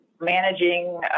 managing